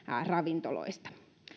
ravintoloista